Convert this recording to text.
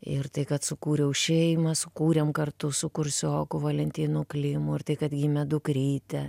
ir tai kad sukūriau šeimą sukūrėm kartu su kursioku valentinu klimu ir tai kad gimė dukrytė